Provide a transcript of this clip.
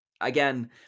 Again